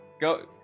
go